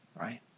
right